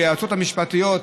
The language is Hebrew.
היועצות המשפטיות,